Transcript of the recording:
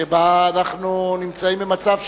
שבה אנחנו נמצאים במצב,